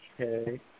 Okay